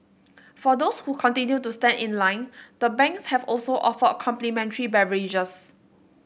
for those who continue to stand in line the banks have also offered complimentary